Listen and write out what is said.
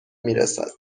میرسد